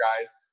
guys